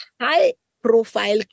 high-profile